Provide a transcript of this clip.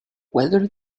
whether